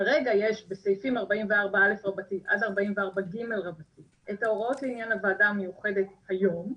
כרגע יש בסעיפים 44(א) עד 44(ג) את ההוראות לעניין הוועדה המיוחדת היום,